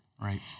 Right